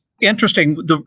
interesting